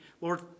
Lord